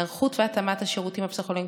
היערכות והתאמת השירותים הפסיכולוגיים